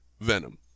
Venom